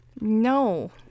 No